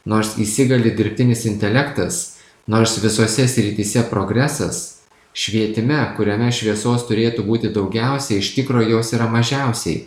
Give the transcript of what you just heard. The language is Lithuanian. nors įsigali dirbtinis intelektas nors visose srityse progresas švietime kuriame šviesos turėtų būti daugiausiai iš tikro jos yra mažiausiai